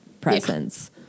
presence